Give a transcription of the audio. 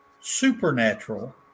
supernatural